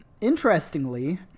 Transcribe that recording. interestingly